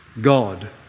God